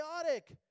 chaotic